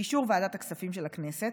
באישור ועדת הכספים של הכנסת,